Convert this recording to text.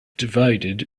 divided